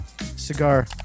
Cigar